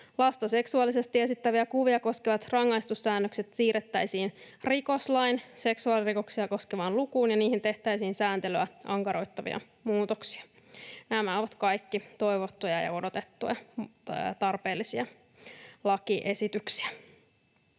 Lasta seksuaalisesti esittäviä kuvia koskevat rangaistussäännökset siirrettäisiin rikoslain seksuaalirikoksia koskevaan lukuun, ja niihin tehtäisiin sääntelyä ankaroittavia muutoksia. Nämä ovat kaikki toivottuja ja odotettuja ja tarpeellisia lakiesityksiä.